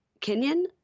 Kenyan